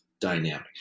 dynamic